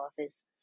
office